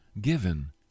given